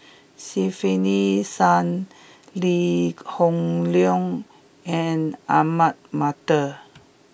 Stefanie Sun Lee Hoon Leong and Ahmad Mattar